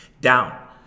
down